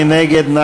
מי נגד?